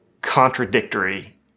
contradictory